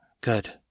Good